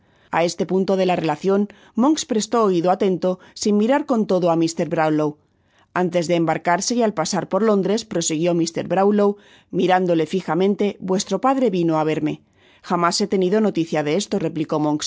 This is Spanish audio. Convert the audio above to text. a este punto de la relacion monks presló oido atento sin mirar con lodo á mr brownlow antes de embarcarse y al pasar por londres prosiguió mr brownlowmirándole fijamente vuestro padre vinoá verme jamás he tenido noticia de esto replicó